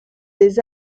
des